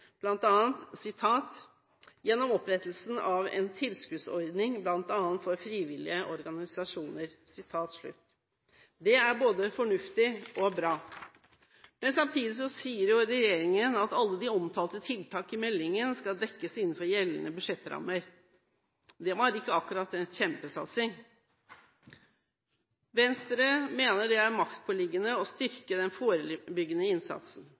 Det er både fornuftig og bra. Men samtidig sier regjeringen at alle de omfattende tiltakene i meldingen skal dekkes innenfor gjeldende budsjettrammer. Det var ikke akkurat en kjempesatsing. Venstre mener det er maktpåliggende å styrke den forebyggende innsatsen.